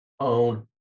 own